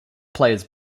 players